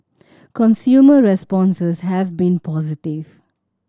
consumer responses have been positive